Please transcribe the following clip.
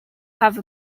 have